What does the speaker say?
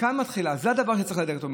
וכאן היא מתחילה, זה הדבר שצריך להדאיג אותנו.